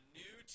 new